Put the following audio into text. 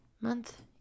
Month